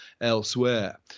elsewhere